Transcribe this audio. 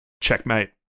Checkmate